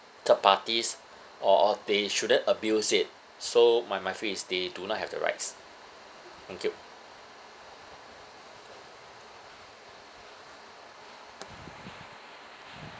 third parties or they shouldn't abuse it so my my view is they do not have the rights thank you